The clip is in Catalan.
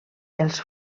els